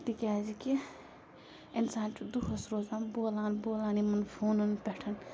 تِکیٛازِ کہِ اِنسان چھُ دۄہَس روزان بولان بولان یِمَن فونَن پٮ۪ٹھ